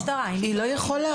היא לא יכולה